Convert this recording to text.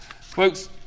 Folks